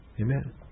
Amen